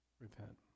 Repent